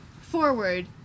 forward